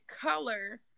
color